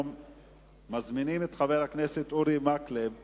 אנחנו מזמינים את חבר הכנסת אורי מקלב לנמק.